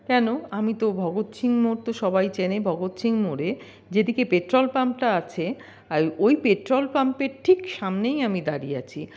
কেন আমি তো ভগত সিংহ মোড় তো সবাই চেনে ভগত সিংহ মোড়ে যেদিকে পেট্রোল পাম্পটা আছে আর ওই পেট্রোল পাম্পের ঠিক সামনেই আমি দাঁড়িয়ে আছি